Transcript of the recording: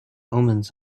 omens